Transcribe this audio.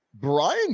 Brian